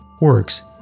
works